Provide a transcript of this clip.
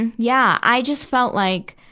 and yeah. i just felt like,